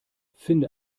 finde